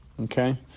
Okay